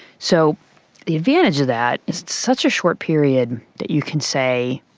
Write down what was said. so the advantage of that is it's such a short period that you can say,